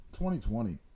2020